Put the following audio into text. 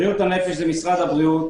בריאות הנפש זה משרד הבריאות.